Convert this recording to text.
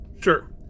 Sure